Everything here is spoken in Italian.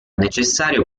necessario